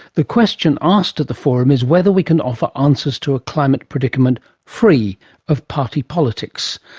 the question asked at the forum is whether we can offer answers to a climate predicament free of party politics?